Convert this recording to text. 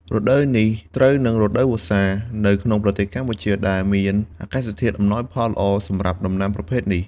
រដូវនេះត្រូវនឹង រដូវវស្សា នៅក្នុងប្រទេសកម្ពុជា ដែលមានអាកាសធាតុអំណោយផលល្អសម្រាប់ដំណាំប្រភេទនេះ។